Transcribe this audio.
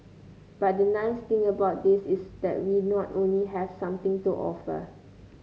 but the nice thing about this is that we not only have something to offer